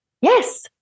Yes